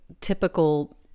typical